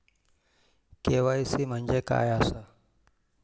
KYC म्हणजे काय आसा?